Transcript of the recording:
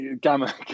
Gamma